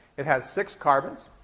it has six carbons.